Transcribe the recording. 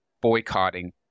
boycotting